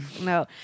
no